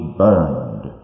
burned